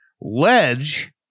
ledge